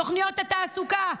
תוכניות התעסוקה,